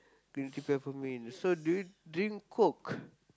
green tea peppermint so do you drink coke